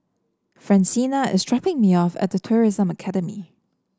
Francina is dropping me off at The Tourism Academy